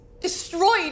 destroyed